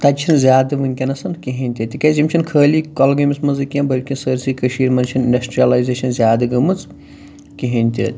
تَتہِ چھُنہٕ زیادٕ وُنٛکیٚن کِہیٖنۍ تہِ تِکیٛازِ یِم چھِنہٕ خٲلی کۄلگٲمِس منٛزٕے کیٚنٛہہ بلکہِ سٲرسٕے کٔشیٖر منٛز چھِنہٕ اِنڈَسٹِرٛیلایزیشَن زیادٕ گٔمٕژ کِہیٖنۍ تہِ اَتہِ